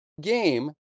game